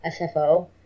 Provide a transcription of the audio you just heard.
SFO